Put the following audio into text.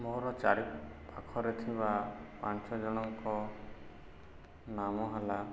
ମୋର ଚାରିପଖରେ ଥିବା ପାଞ୍ଚ ଜଣଙ୍କ ନାମ ହେଲା